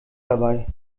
dabei